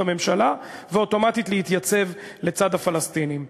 הממשלה ואוטומטית להתייצב לצד הפלסטינים.